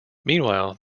meanwhile